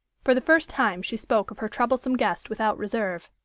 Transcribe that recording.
for the first time she spoke of her troublesome guest without reserve.